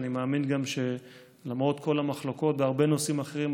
ואני גם מאמין שלמרות כל המחלוקות בהרבה נושאים אחרים,